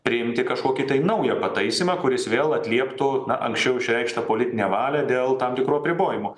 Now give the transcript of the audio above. priimti kažkokį tai naują pataisymą kuris vėl atlieptų na anksčiau išreikštą politinę valią dėl tam tikrų apribojimų